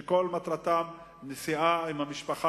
אנשים שכל מטרתם היא נסיעה עם המשפחה,